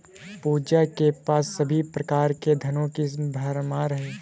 पूजा के पास सभी प्रकार के धनों की भरमार है